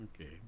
Okay